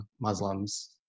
Muslims